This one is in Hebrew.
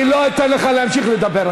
אני לא אתן לך להמשיך לדבר.